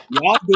Y'all